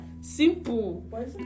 Simple